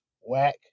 whack